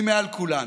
היא מעל כולנו.